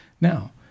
Now